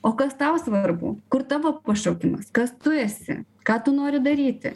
o kas tau svarbu kur tavo pašaukimas kas tu esi ką tu nori daryti